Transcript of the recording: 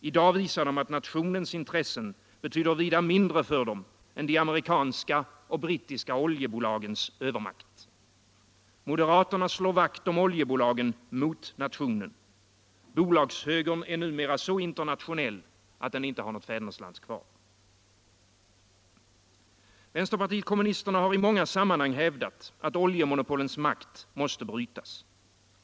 I dag visar de att nationens intressen betyder vida mindre för dem än de amerikanska och brittiska oljebolagens övermakt. Moderaterna slår vakt om oljebolagen mot nationen. Bolagshögern är numera så internationell att den inte har något fädernesland kvar. Vänsterpartiet kommunisterna har i många sammanhang hävdat, att oljemonopolens makt måste brytas.